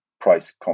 price